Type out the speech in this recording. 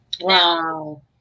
Wow